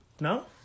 No